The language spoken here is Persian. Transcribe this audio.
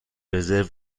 رزرو